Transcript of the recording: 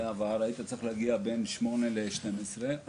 בעבר היית צריך להגיע בין 8:00 ל-12:00 לבנק.